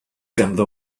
ganddo